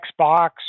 Xbox